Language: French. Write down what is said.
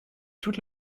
toute